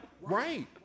right